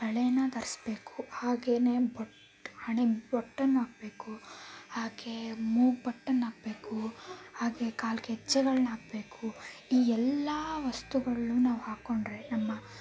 ಬಳೆನ ಧರಿಸ್ಬೇಕು ಹಾಗೆಯೇ ಬೊಟ್ಟು ಹಣೆ ಬೊಟ್ಟನ್ನು ಹಾಕ್ಬೇಕು ಹಾಗೇ ಮೂಗು ಬೊಟ್ಟನ್ನ ಹಾಕ್ಬೇಕು ಹಾಗೇ ಕಾಲ್ಗೆಜ್ಜೆಗಳ್ನ ಹಾಕ್ಬೇಕು ಈ ಎಲ್ಲ ವಸ್ತುಗಳನ್ನೂ ನಾವು ಹಾಕ್ಕೊಂಡ್ರೆ ನಮ್ಮ